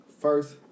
first